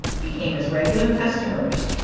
became his regular customers.